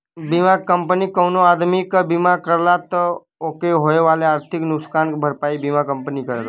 बीमा कंपनी कउनो आदमी क बीमा करला त ओके होए वाले आर्थिक नुकसान क भरपाई बीमा कंपनी ही करेला